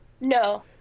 no